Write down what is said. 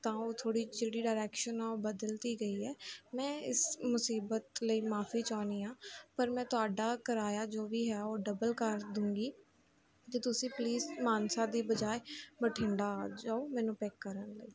ਤਾਂ ਉਹ ਥੋੜ੍ਹੀ ਜਿਹੜੀ ਡਾਇਰੈਕਸ਼ਨ ਆ ਉਹ ਬਦਲਤੀ ਗਈ ਹੈ ਮੈਂ ਇਸ ਮੁਸੀਬਤ ਲਈ ਮਾਫੀ ਚਾਹੁੰਦੀ ਹਾਂ ਪਰ ਮੈਂ ਤੁਹਾਡਾ ਕਿਰਾਇਆ ਜੋ ਵੀ ਹੈ ਉਹ ਡਬਲ ਕਰ ਦੂੰਗੀ ਅਤੇ ਤੁਸੀਂ ਪਲੀਜ਼ ਮਾਨਸਾ ਦੀ ਬਜਾਏ ਬਠਿੰਡਾ ਆ ਜਾਓ ਮੈਨੂੰ ਪਿੱਕ ਕਰਨ ਲਈ